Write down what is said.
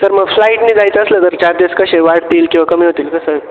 sir मग फ्लाईटने जायचं असलं तर चार्जेस कसे वाढतील किंवा कमी होतील कसं सर